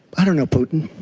i don't know putin.